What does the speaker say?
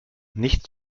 nicht